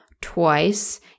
twice